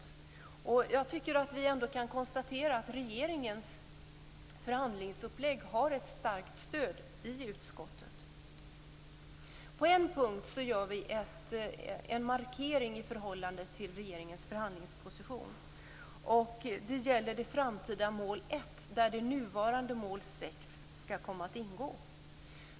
Vi kan konstatera att regeringens förhandlingsupplägg har ett starkt stöd i utskottet. På en punkt gör vi en markering i förhållande till regeringens förhandlingsposition. Det gäller det framtida mål 1, där det nuvarande mål 6 skall ingå.